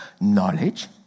knowledge